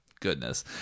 Goodness